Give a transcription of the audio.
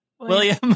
William